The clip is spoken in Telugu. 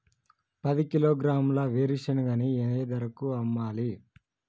పది కిలోగ్రాముల వేరుశనగని ఏ ధరకు అమ్మాలి?